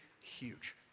huge